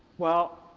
well,